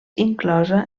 inclosa